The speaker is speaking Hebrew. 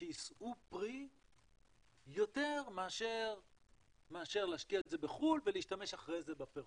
שיישאו פרי יותר מאשר להשקיע את זה בחו"ל ולהשתמש אחרי זה בפירות.